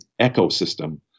ecosystem